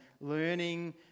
learning